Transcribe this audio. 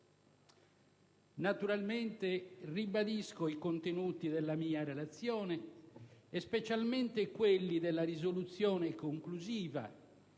Naturalmente, ribadisco i contenuti della mia relazione e specialmente quelli della risoluzione conclusiva,